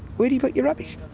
where do you put your rubbish?